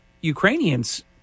Ukrainians